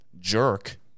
jerk